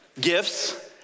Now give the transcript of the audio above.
Gifts